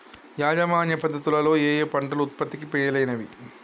యాజమాన్య పద్ధతు లలో ఏయే పంటలు ఉత్పత్తికి మేలైనవి?